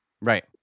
Right